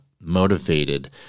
motivated